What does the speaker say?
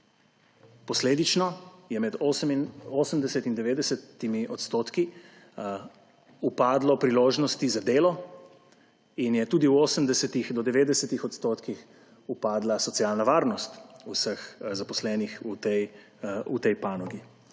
Posledično je med 80 in 90 % upadlo priložnosti za delo in je tudi v 80 do 90 % upadla socialna varnost vseh zaposlenih v tej panogi.